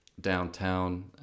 downtown